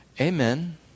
amen